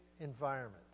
environment